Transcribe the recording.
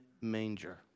manger